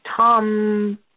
Tom